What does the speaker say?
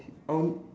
I on~